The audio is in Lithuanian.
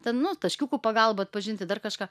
ten nu taškiukų pagalba atpažinti dar kažką